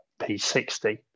P60